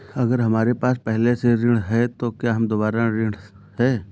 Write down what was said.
अगर हमारे पास पहले से ऋण है तो क्या हम दोबारा ऋण हैं?